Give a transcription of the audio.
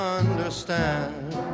understand